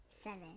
seven